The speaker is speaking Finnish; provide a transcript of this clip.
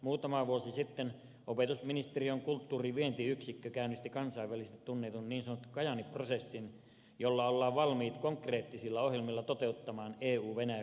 muutama vuosi sitten opetusministeriön kulttuurivientiyksikkö käynnisti kansainvälisesti tunnetun niin sanotun kajaani prosessin jolla ollaan valmiit konkreettisilla ohjelmilla toteuttamaan euvenäjä kulttuuriyhteistyötä